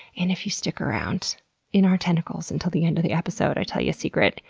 and if you stick around in our tentacles until the end of the episode, i tell you a secret.